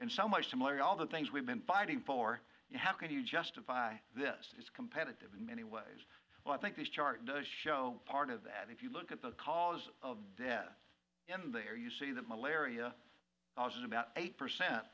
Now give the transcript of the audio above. and so much similar in all the things we've been fighting for you how can you justify this is competitive in many ways well i think these charts show part of that if you look at the cause of death in there you see that malaria was about eight percent